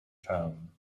town